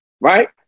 Right